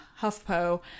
HuffPo